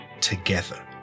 together